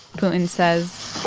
putin says.